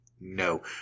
No